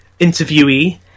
interviewee